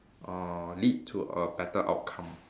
uh lead to a better outcome